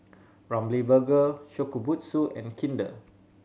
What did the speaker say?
Ramly Burger Shokubutsu and Kinder